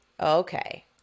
Okay